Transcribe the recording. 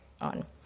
on